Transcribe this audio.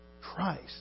Christ